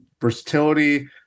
versatility